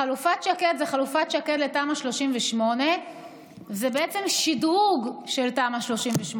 חלופת שקד זה חלופת שקד לתמ"א 38. זה בעצם שדרוג של תמ"א 38,